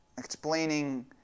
explaining